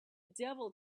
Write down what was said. devil